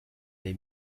they